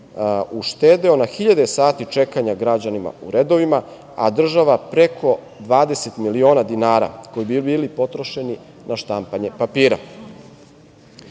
uštedeo na hiljade sati čekanja građanima u redovima, a država preko 20 miliona dinara, koji bi bili potrošeni na štampanje papira. Moram